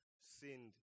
sinned